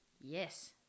Yes